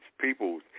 people